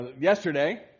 Yesterday